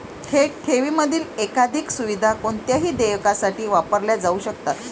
थेट ठेवींमधील एकाधिक सुविधा कोणत्याही देयकासाठी वापरल्या जाऊ शकतात